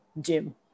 gym